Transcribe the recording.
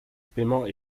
paiement